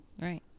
Right